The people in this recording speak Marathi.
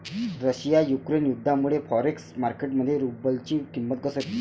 रशिया युक्रेन युद्धामुळे फॉरेक्स मार्केट मध्ये रुबलची किंमत घसरली